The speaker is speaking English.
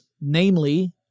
namely